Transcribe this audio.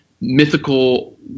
mythical